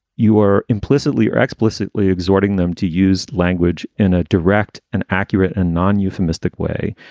you are implicitly or explicitly exhorting them to use language in a direct and accurate and non euphemistic way,